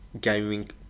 gaming